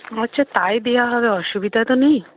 আচ্ছা তাই দেওয়া হবে অসুবিধা তো নেই